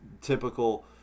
typical